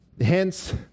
hence